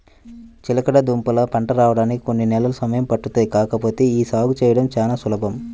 చిలకడదుంపల పంట రాడానికి కొన్ని నెలలు సమయం పట్టుద్ది కాకపోతే యీ సాగు చేయడం చానా సులభం